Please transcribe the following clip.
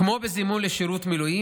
כמו בזימון לשירות מילואים,